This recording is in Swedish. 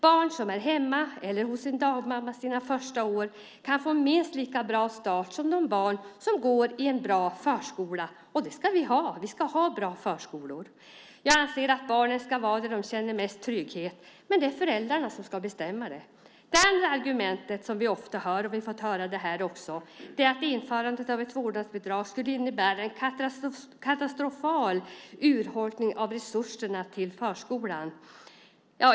Barn som är hemma eller som är hos en dagmamma under sina första år kan få en minst lika bra start som de barn får som går i en bra förskola, och vi ska ha bra förskolor. Jag anser att barnen ska vara där de känner mest trygghet. Men det är föräldrarna som ska bestämma. Det argument som vi ofta hör - vi har fått höra det också här - är att införandet av ett vårdnadsbidrag skulle innebära en katastrofal urholkning av resurserna till förskolan.